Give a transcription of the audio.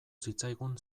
zitzaigun